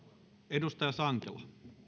edustaja sankelo